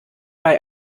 bei